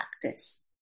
practice